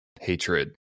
hatred